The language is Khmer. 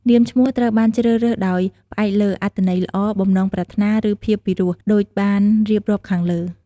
នាមឈ្នោះត្រូវបានជ្រើសរើសដោយ ផ្អែកលើអត្ថន័យល្អ បំណងប្រាថ្នា ឬ ភាពពីរោះ ដូចបានរៀបរាប់ខាងលើ។